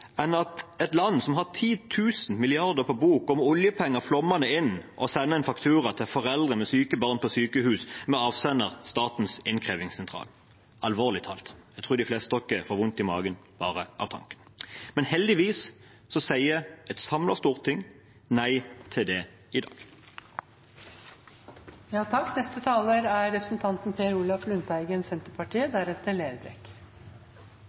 enn at et land som har 10 000 mrd. kr på bok og oljepenger flommende inn, sender en faktura til foreldre med syke barn på sykehus, med avsender Statens innkrevingssentral. Alvorlig talt – jeg tror de fleste av oss får vondt i magen bare ved tanken. Men heldigvis sier et samlet storting nei til det i